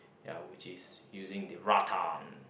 ya which is using the rattan